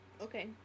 Okay